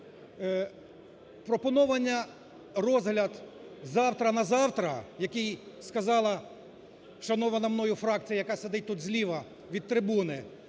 Пропонований розгляд завтра на завтра, який сказала шанована мною фракція, яка сидить тут зліва від трибуни,